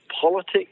politics